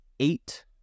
Eight